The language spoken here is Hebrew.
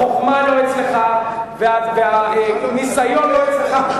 החוכמה לא אצלך, והניסיון לא אצלך.